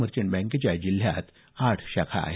merchant बँकेच्या जिल्ह्यात आठ शाखा आहेत